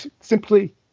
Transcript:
simply